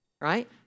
right